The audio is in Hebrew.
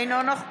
אינו נוכח